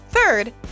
Third